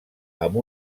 amb